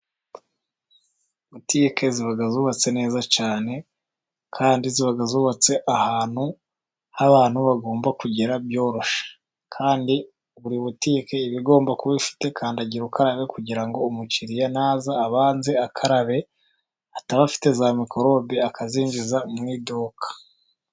Butike ziba zubatse neza cyane kandi ziba zubatse ahantu abantu bagomba kugera byoroshye, kandi buri butike igomba kuba ifite kandagira ukarabe, kugira ngo umukiriya naza abanze akarabe ataba afite za mikorobe akazinjiza mu iduka.